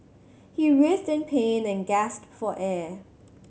he writhed in pain and gasped for air